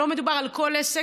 לא מדובר על כל עסק,